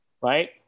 right